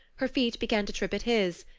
her feet began to trip at his.